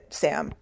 sam